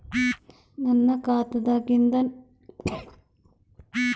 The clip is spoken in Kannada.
ನನ್ನ ಖಾತಾದಾಗಿಂದ ನನ್ನ ತಮ್ಮನ ಖಾತಾಗ ಆನ್ಲೈನ್ ರೊಕ್ಕ ಹೇಂಗ ಕಳಸೋದು?